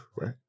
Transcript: right